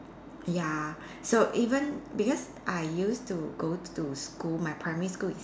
ya so even because I used to go to school my primary school is